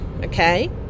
okay